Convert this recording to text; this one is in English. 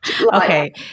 Okay